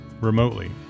remotely